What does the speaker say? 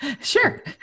Sure